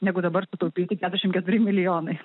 negu dabar sutaupyti keturiasdešim keturi milijonai